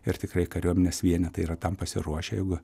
ir tikrai kariuomenės vienetai yra tam pasiruošę jeigu